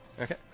Okay